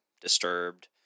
Disturbed